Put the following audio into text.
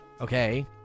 okay